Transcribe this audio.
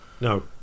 no